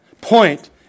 point